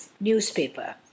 newspaper